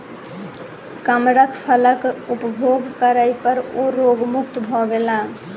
कमरख फलक उपभोग करै पर ओ रोग मुक्त भ गेला